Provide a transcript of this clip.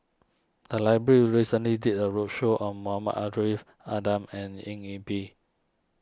the library recently did a roadshow on Muhammad Ariff Ahmad and Eng Yee Peng